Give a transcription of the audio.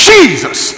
Jesus